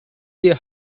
the